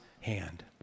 hand